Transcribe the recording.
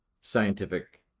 scientific